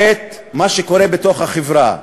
את מה שקורה בתוך החברה.